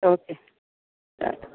okay sir